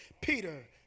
Peter